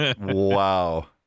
Wow